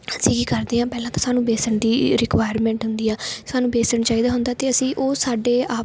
ਅਸੀਂ ਕੀ ਕਰਦੇ ਹਾਂ ਪਹਿਲਾਂ ਤਾਂ ਸਾਨੂੰ ਬੇਸਣ ਦੀ ਰਿਕੁਇਰਮੈਂਟ ਹੁੰਦੀ ਆ ਸਾਨੂੰ ਬੇਸਣ ਚਾਹੀਦਾ ਹੁੰਦਾ ਅਤੇ ਅਸੀਂ ਉਹ ਸਾਡੇ ਆਪ ਦੇ